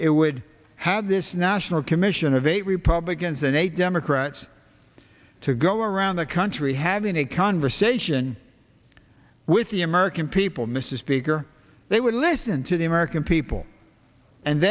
it would have this national commission of eight republicans and eight democrats to go around the country having a conversation with the american people mr speaker they would listen to the american people and